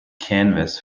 canvas